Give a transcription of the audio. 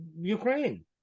ukraine